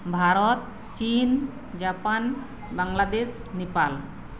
ᱵᱷᱟᱨᱚᱛ ᱪᱤᱱ ᱡᱟᱯᱟᱱ ᱵᱟᱝᱞᱟᱫᱮᱹᱥ ᱱᱮᱯᱟᱞ